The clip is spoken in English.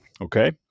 Okay